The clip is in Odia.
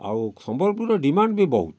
ଆଉ ସମ୍ବଲପୁରୀର ଡିମାଣ୍ଡ ବି ବହୁତ